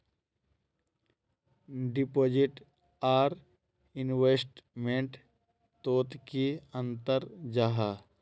Deposit आर investment तोत की अंतर जाहा?